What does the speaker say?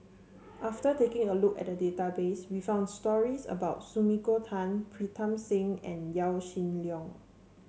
after taking a look at the database we found stories about Sumiko Tan Pritam Singh and Yaw Shin Leong